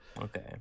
Okay